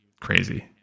crazy